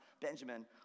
Benjamin